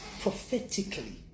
prophetically